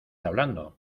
hablando